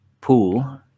pool